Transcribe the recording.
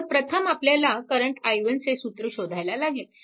तर प्रथम आपल्याला करंट i1 चे सूत्र शोधायला लागेल